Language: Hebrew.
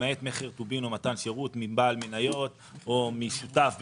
למעט "מחיר טובין או מתן שירות מבעל מניות או משותף בשותפות".